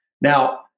Now